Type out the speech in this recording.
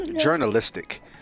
journalistic